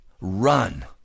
run